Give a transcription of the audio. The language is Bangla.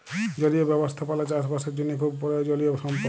জলীয় ব্যবস্থাপালা চাষ বাসের জ্যনহে খুব পরয়োজলিয় সম্পদ